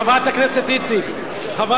חברת הכנסת איציק,